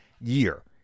year